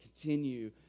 continue